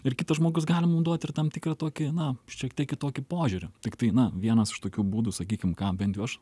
ir kitas žmogus gali mum duoti ir tam tikrą tokį na šiek tiek kitokį požiūrį tiktai na vienas iš tokių būdų sakykim ką bent jau aš